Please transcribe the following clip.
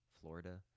florida